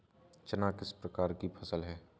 चना किस प्रकार की फसल है?